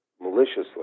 maliciously